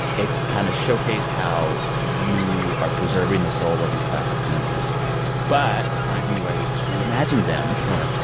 it kind of showcased how you are preserving the soul of these classic tunes but finding ways to reimagine them. sure.